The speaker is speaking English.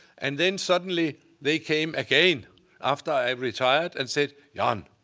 and then suddenly, they came again after i retired and said, jan,